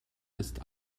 ist